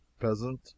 peasant